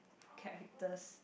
characters